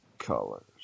Colors